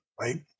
right